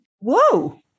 Whoa